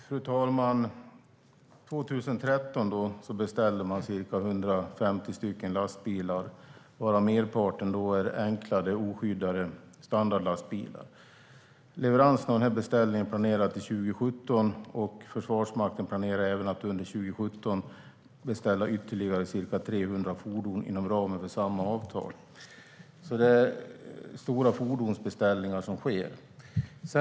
Fru talman! År 2013 beställde man ca 150 lastbilar varav merparten är enkla, oskyddade standardlastbilar. Leveransen av denna beställning är planerad till 2017. Försvarsmakten planerar även att under 2017 beställa ytterligare ca 300 fordon inom ramen för samma avtal. Det görs alltså stora fordonsbeställningar.